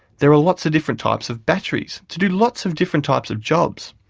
there are lots of different types of batteries to do lots of different types of jobs,